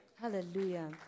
hallelujah